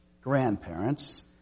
grandparents